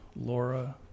Laura